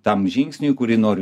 tam žingsniui kurį noriu